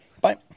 Bye